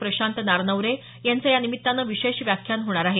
प्रशांत नारनवरे यांचं यानिमित्तानं विशेष व्याख्यान होणार आहे